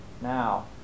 now